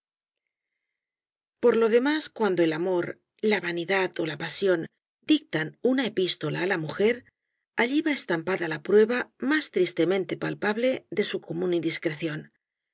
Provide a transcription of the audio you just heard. por lo demás cuando el amor la vanidad ó la pasión dictan una epístola á la mujer allí va estampada la prueba más tristemente palpable de su común indiscreción